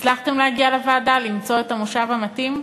הצלחתם להגיע לוועדה, למצוא את המושב המתאים?